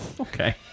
Okay